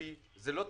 יולי זה לא תאריך,